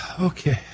okay